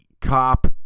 cop